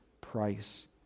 price